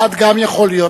בעד גם יכול להיות.